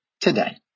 today